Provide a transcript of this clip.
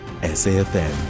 SAFM